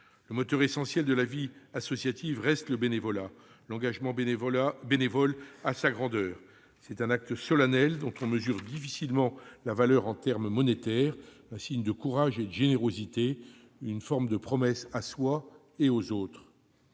Le moteur essentiel de la vie associative reste le bénévolat. L'engagement bénévole a sa grandeur ; c'est un acte solennel dont on mesure difficilement la valeur en terme monétaire, un signe de courage et de générosité, une forme de promesse à soi et aux autres.